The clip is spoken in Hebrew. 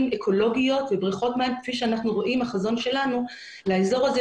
אקולוגיות ובריכות מים כפי שאנחנו רואים בחזון שלנו לאזור הזה,